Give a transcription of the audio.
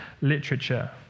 literature